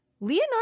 Leonardo